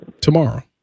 tomorrow